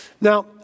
Now